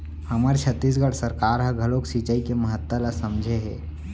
हमर छत्तीसगढ़ सरकार ह घलोक सिचई के महत्ता ल समझे हे